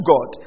God